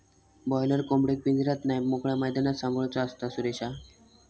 boiler कोंबडेक पिंजऱ्यात नाय मोकळ्या मैदानात सांभाळूचा असता, सुरेशा